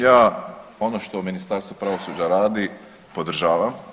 Ja ono što Ministarstvo pravosuđa radi podržavam.